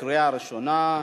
קריאה ראשונה.